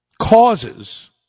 causes